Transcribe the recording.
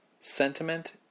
sentiment